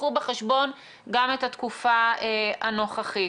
קחו בחשבון גם את התקופה הנוכחית.